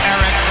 Eric